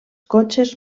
cotxes